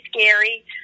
scary